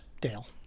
Dale